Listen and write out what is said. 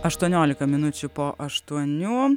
aštuoniolika minučių po aštuonių